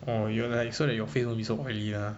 orh 原来 so that your face won't be so oily lah